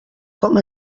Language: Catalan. com